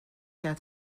کرد